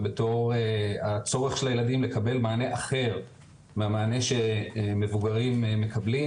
ובתור הצורך של הילדים לקבל מענה אחר מהמענה שמבוגרים מקבלים.